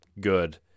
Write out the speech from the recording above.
good